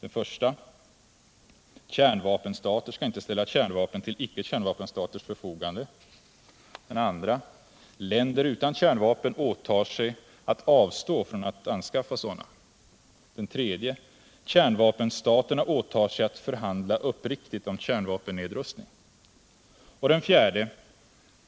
1. Kärnvapenstater skall inte ställa kärnvapen till icke-kärnvapenstaters förfogande. 2. Länder utan kärnvapen åtar sig att avstå från att anskaffa sådana. 3. Kärnvapenstaterna åtar sig att förhandla uppriktigt om kärnvapennedrustning. 4.